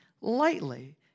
lightly